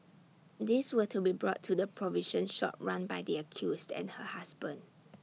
these were to be brought to the provision shop run by the accused and her husband